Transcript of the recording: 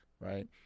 right